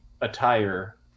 attire